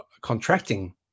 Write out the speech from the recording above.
contracting